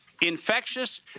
Infectious